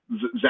Zach